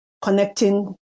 connecting